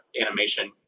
animation